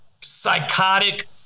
psychotic